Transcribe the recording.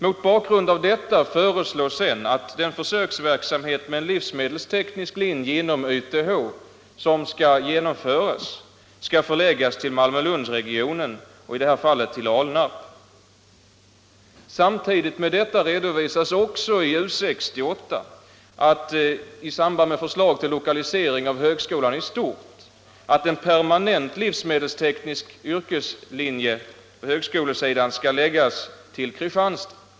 Mot bakgrund härav föreslås att den försöksverksamhet med livsmedelsteknisk linje inom YTH som skall genomföras skall förläggas till Malmö/Lund-regionen, i detta fall till Alnarp. Samtidigt med detta redovisas, också i U 68, i samband med förslag till lokalisering av högskolan i stort, att en permanent livsmedelsteknisk yrkeslinje på högskolesidan skall förläggas till Kristianstad.